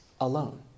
alone